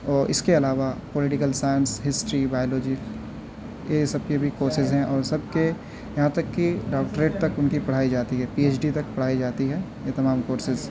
اور اس کے علاوہ پولیٹکل سائنس ہسٹری بایولوجی یہ سب کے بھی کورسیز ہیں اور سب کے یہاں تک کہ ڈاکٹریٹ تک ان کی پڑھائی جاتی ہے پی ایچ ڈی تک پڑھائی جاتی ہے یہ تمام کورسیز